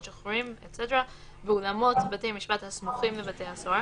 שחרורים...." "...באולמות בתי המשפט הסמוכים לבתי הסוהר,